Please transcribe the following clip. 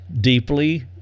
deeply